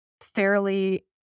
fairly